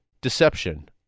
Deception